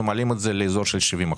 אנחנו מעלים את המספר לאזור ה-70 אחוזים.